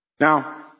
Now